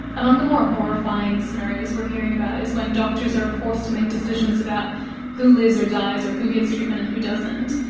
among the more horrifying scenarios we're hearing about is when doctors are forced to make decisions about who lives or dies or who gets treatment and who doesn't.